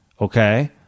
Okay